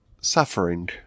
suffering